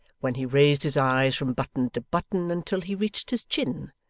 when he raised his eyes from button to button until he reached his chin,